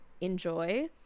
enjoy